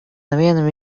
nevienam